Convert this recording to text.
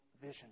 vision